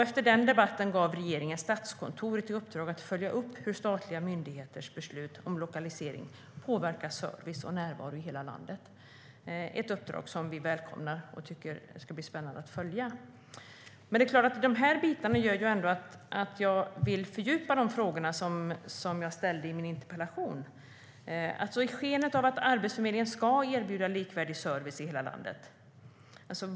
Efter den debatten gav regeringen Statskontoret i uppdrag att följa upp hur statliga myndigheters beslut om lokalisering påverkar service och närvaro i hela landet. Det är ett uppdrag som vi välkomnar och som det ska bli spännande att följa. Men de bitarna leder ändå till att jag vill fördjupa de frågor som jag har ställt i min interpellation.